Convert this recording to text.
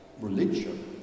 religion